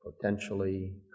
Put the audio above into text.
potentially